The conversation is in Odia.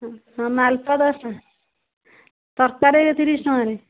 ହଁ ମାଲପୁଆ ଦଶ ଟଙ୍କା ତରକାରୀ ତିରିଶି ଟଙ୍କାରେ